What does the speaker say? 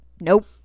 Nope